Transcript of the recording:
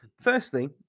firstly